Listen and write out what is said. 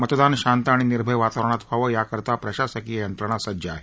मतदान शांत आणि निर्भय वातावरणात व्हावं याकरता प्रशासकीय यंत्रणा सज्ज आहे